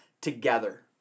together